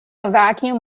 vacuum